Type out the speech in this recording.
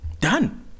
Done